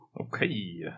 Okay